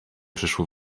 przyszło